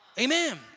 Amen